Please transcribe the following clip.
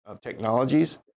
Technologies